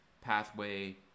pathway